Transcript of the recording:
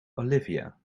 olivia